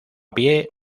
pie